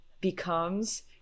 becomes